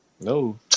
No